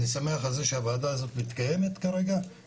אני שמח על זה שהוועדה הזאת מתקיימת ותתחיל